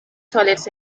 toilets